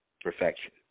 perfection